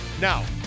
Now